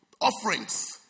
Offerings